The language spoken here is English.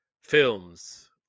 films